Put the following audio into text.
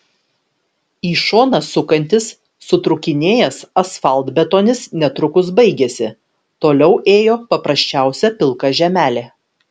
į šoną sukantis sutrūkinėjęs asfaltbetonis netrukus baigėsi toliau ėjo paprasčiausia pilka žemelė